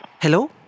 Hello